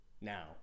now –